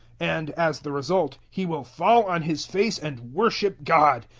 and, as the result, he will fall on his face and worship god,